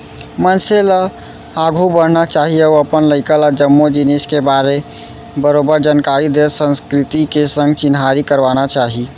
मनसे ल आघू बढ़ना चाही अउ अपन लइका ल जम्मो जिनिस के बरोबर जानकारी देत संस्कृति के संग चिन्हारी करवाना चाही